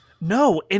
No